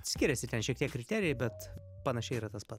skiriasi ten šiek tiek kriterijai bet panašiai yra tas pat